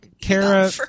Kara